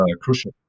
crucial